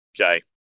Okay